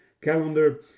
calendar